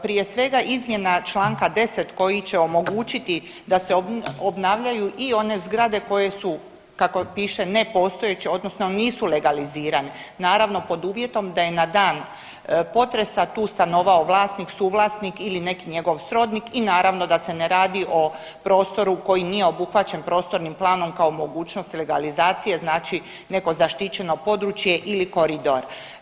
Prije svega izmjena Članka 10. koji će omogućiti da se obnavljaju i one zgrade koje su kako piše nepostojeće odnosno nisu legalizirane naravno pod uvjetom da je na dan potresa tu stanovao vlasnik, suvlasnik ili neki njegov srodnik i naravno da se ne radi o prostoru koji nije obuhvaćen prostornim planom kao mogućnost legalizacije znači nego zaštićeno područje ili koridor.